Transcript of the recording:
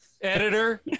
editor